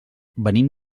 venim